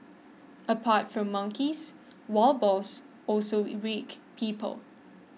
apart from monkeys wild boars also people